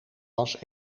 was